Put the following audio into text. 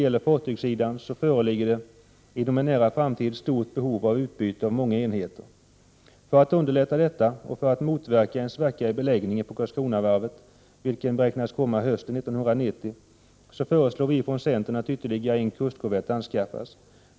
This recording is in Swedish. på fartygssidan föreligger inom en nära framtid ett stort behov av utbyte av många enheter. För att underlätta detta och för att 55 motverka den svacka i beläggningen på Karlskronavarvet som beräknas komma hösten 1990, föreslår vi från centern att ytterligare en kustkorvett anskaffas.